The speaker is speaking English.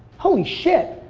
holy shit,